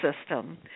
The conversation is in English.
system